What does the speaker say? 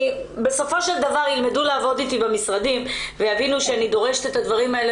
בסופו של דבר ילמדו לעבוד איתי במשרדים ויבינו שאני דורשת את הדברים האלה